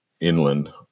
inland